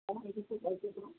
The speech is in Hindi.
हाँ मेरी तो गलती थी